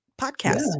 Podcast